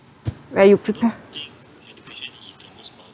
where you prepare